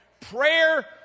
prayer